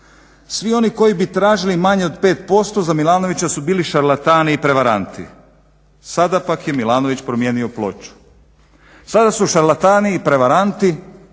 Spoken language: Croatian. Svi oni koji bi tražili manje od 5% za Milanovića su bili šarlatani i prevaranti. Sada pak je Milanović promijenio ploču. Sada su šarlatani i prevaranti